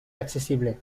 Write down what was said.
accesible